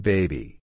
Baby